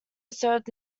served